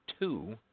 two